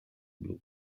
blu